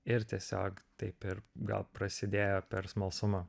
ir tiesiog taip ir gal prasidėjo per smalsumą